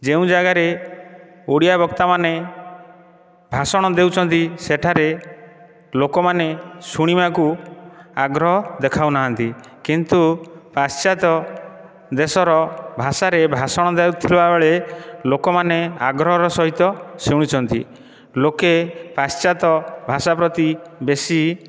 ଯେଉଁ ଜାଗାରେ ଓଡ଼ିଆ ବକ୍ତା ମାନେ ଭାଷଣ ଦେଉଛନ୍ତି ସେଠାରେ ଲୋକମାନେ ଶୁଣିବାକୁ ଆଗ୍ରହ ଦେଖାଉନାହାନ୍ତି କିନ୍ତୁ ପାଶ୍ଚାତ୍ୟ ଦେଶର ଭାଷାରେ ଭାଷଣ ଦେଉଥିଲା ବେଳେ ଲୋକମାନେ ଆଗ୍ରହର ସହିତ ଶୁଣୁଛନ୍ତି ଲୋକେ ପାଶ୍ଚାତ୍ୟ ଭାଷା ପ୍ରତି ବେଶି